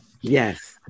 Yes